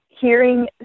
hearing